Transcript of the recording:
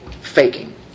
faking